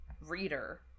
reader